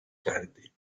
tardi